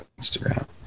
instagram